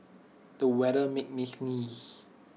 the weather made me sneeze